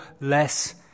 less